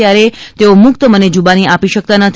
ત્યારે તેઓ મુક્ત રીતે જુબાની આપી શકતા નથી